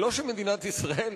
ולא שמדינת ישראל,